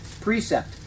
precept